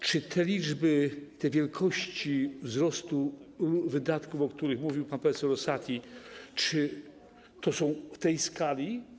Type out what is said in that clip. Czy te liczby, te wielkości wzrostu wydatków, o których mówił pan prof. Rosati, są w tej skali?